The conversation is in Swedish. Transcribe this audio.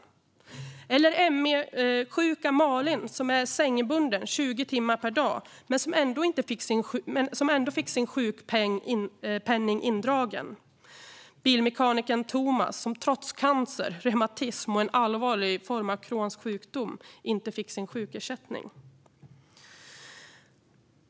Jag tänker också på ME-sjuka Malin, som är sängbunden 20 timmar per dag men som ändå fick sin sjukpenning indragen, och på bilmekanikern Thomas, som trots cancer, reumatism och en allvarlig form av Crohns sjukdom inte fick sin sjukersättning.